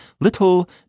Little